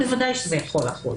בוודאי שזה יכול לחול.